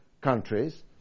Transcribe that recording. countries